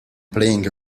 playing